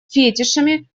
фетишами